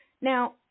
Now